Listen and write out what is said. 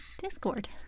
Discord